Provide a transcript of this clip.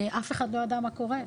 אף אחד לא ידע מה קורה.